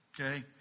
Okay